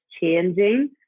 changing